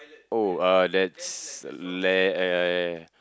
oh uh that's le~